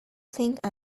think